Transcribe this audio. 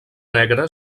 negre